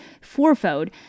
fourfold